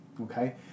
Okay